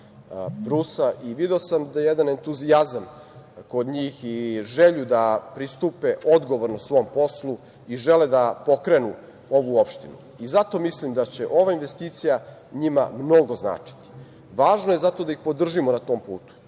i video sam jedan entuzijazam kod njih i želju da pristupe odgovorno svom poslu i žele da pokrenu ovu opštinu. Zato mislim da će ova investicija njima mnogo značiti. Važno je zato da ih podržimo na tom